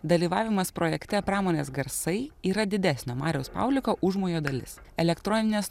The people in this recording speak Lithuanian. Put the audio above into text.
dalyvavimas projekte pramonės garsai yra didesnio mariaus pauliko užmojo dalis elektroninės